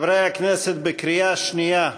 חברי הכנסת, בקריאה שנייה,